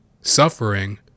suffering